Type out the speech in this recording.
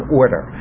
order